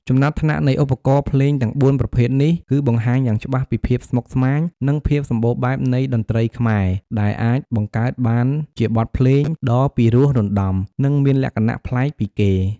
ចំណាត់ថ្នាក់នៃឧបករណ៍ភ្លេងទាំង ៤ ប្រភេទនេះ គឺបង្ហាញយ៉ាងច្បាស់ពីភាពស្មុគស្មាញ និងភាពសម្បូរបែបនៃតន្ត្រីខ្មែរ ដែលអាចបង្កើតបានជាបទភ្លេងដ៏ពីរោះរណ្តំ និងមានលក្ខណៈប្លែកពីគេ។